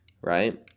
right